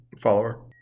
follower